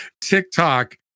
TikTok